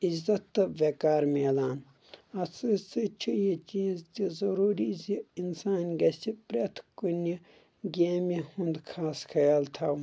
عیزت تہٕ ویقار میلان اتھ سۭتۍ سۭتۍ چھُ یہِ چیٖز تہِ ضروٗری زِ انسان گژھِ پرٛٮ۪تھ کُنہِ گیمہِ ہُنٛد خاص خیال تھاوُن